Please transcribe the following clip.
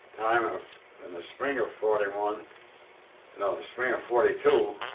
time ah in the spring of forty one no, the spring of forty two.